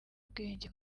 ubwenge